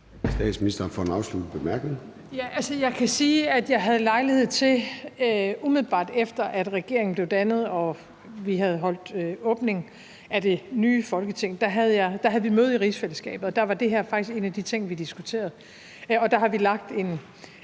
Jeg kan sige, at vi, umiddelbart efter at regeringen blev dannet og vi havde holdt åbning af det nye Folketing, havde møde i rigsfællesskabet, og der var det her faktisk en af de ting, vi diskuterede. Der har vi lagt en